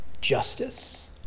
justice